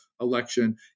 election